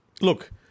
look